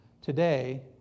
today